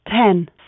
Ten